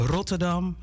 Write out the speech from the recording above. Rotterdam